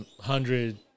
hundred